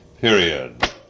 period